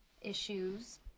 issues